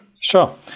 sure